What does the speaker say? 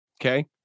okay